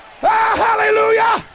Hallelujah